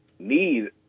need